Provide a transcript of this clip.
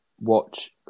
watch